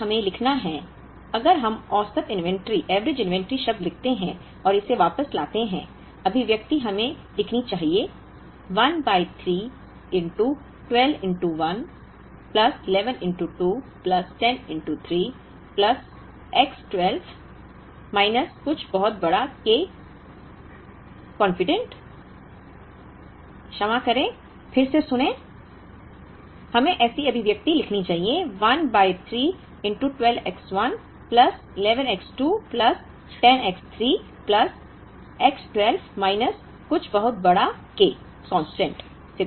इसलिए हमें लिखना है अगर हम औसत इन्वेंट्री शब्द लिखते हैं और इसे वापस लाते हैं अभिव्यक्ति हमें लिखनी चाहिए 1 by 3 12 X 1 plus 11 X 2 plus 10 X 3 plus X 12 minus कुछ बहुत बड़ा K स्थिरांक कॉन्फिडेंट